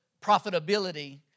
profitability